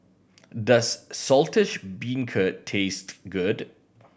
does Saltish Beancurd taste good